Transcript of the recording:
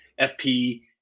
FP